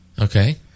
Okay